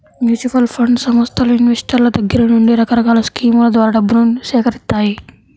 mutual fund సంస్థలు ఇన్వెస్టర్ల దగ్గర నుండి రకరకాల స్కీముల ద్వారా డబ్బును సేకరిత్తాయి